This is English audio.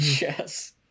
Yes